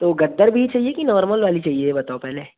तो गद्दर भी चाहिए कि नॉर्मल वाली चाहिए ये बताओ पहले